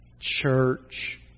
church